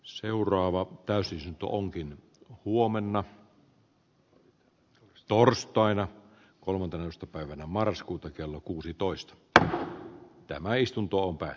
valiokunnissa kun ympäristövaliokunnan jäseniä tässä on esimerkiksi useita paikalla erityisesti tähän kysymykseen saadaan vastauksia